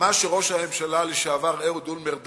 מה שראש הממשלה לשעבר אהוד אולמרט דן,